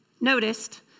noticed